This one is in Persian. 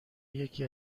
یکی